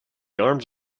arms